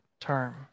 term